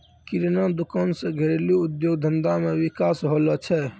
किराना दुकान से घरेलू उद्योग धंधा मे विकास होलो छै